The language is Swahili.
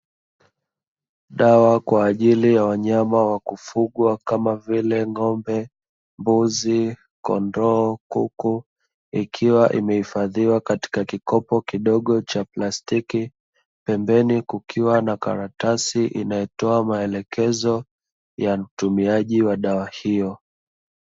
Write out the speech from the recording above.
Dawa kwaajili ya wanyama wa kufungwa kama vile ng'ombe, mbuzi, kondoo, kuku, ikiwa imehifadhiwa katika kikopo kidogo cha plastiki pembeni kukiwa na karatisi inayotoa maelekezo ya mtumiaji wa dawa hiyo.